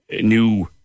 new